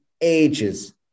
ages